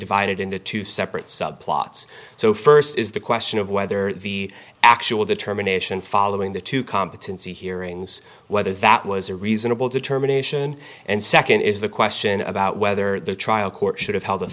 divided into two separate subplots so first is the question of whether the actual determination following the two competency hearings whether that was a reasonable determination and second is the question about whether the trial court should have held a